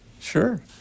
Sure